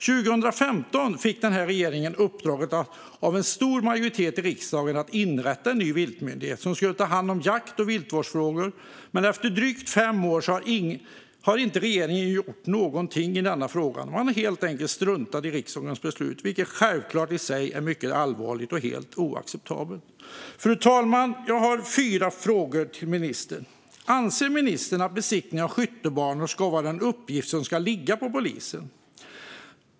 År 2015 fick den här regeringen uppdraget, av en stor majoritet i riksdagen, att inrätta en ny viltmyndighet som skulle ta hand om jakt och viltvårdsfrågor. Efter drygt fem år har dock regeringen inte gjort någonting i denna fråga. Man har helt enkelt struntat i riksdagens beslut, vilket självklart i sig är mycket allvarligt och helt oacceptabelt. Fru talman! Jag har fyra frågor till ministern. Anser ministern att besiktning av skjutbanor är en uppgift som ska ligga på polisen?